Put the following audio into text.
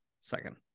second